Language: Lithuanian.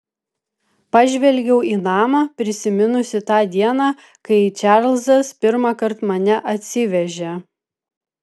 pažvelgiau į namą prisiminusi tą dieną kai čarlzas pirmąkart mane atsivežė